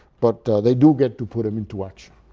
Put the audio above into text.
but they do get to put them into action.